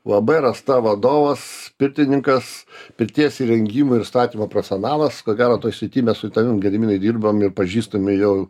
uab rąsta vadovas pirtininkas pirties įrengimo ir statymo profesionalas ko gero toj srity mes su tavim gediminai dirbam ir pažįstami jau